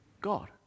God